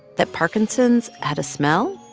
that parkinson's had a smell?